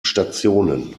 stationen